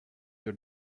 your